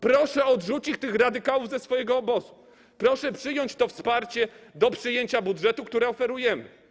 Proszę odrzucić tych radykałów ze swojego obozu, proszę przyjąć to wsparcie w sprawie przyjęcia budżetu, które oferujemy.